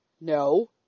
no